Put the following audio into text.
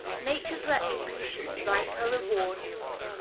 nature's retributions, like her rewards,